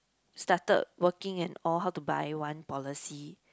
started working and all how to buy one policy